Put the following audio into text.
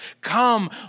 Come